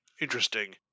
Interesting